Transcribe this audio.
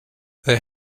they